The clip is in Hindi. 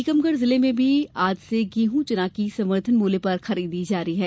टीकमगढ़ जिले में भी आज से गेहूं चना की समर्थन मूल्य पर खरीदी जारी है